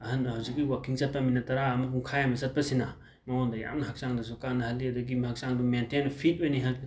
ꯑꯍꯟ ꯍꯖꯤꯛꯀꯤ ꯋꯥꯀꯤꯡ ꯆꯠꯄ ꯃꯤꯅꯤꯠ ꯇꯔꯥ ꯑꯃ ꯄꯨꯡꯈꯥꯏ ꯑꯃ ꯆꯠꯄꯁꯤꯟꯅ ꯃꯉꯣꯟꯗ ꯌꯥꯝꯅ ꯍꯛꯆꯥꯡꯗꯁꯨ ꯀꯥꯟꯅꯍꯜꯂꯤ ꯑꯗꯨꯗꯒꯤ ꯃꯥ ꯍꯛꯆꯥꯡꯗꯣ ꯃꯦꯟꯇꯦꯟ ꯐꯤꯠ ꯑꯣꯏꯅꯤꯡꯍꯠ